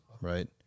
right